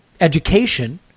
education